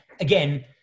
again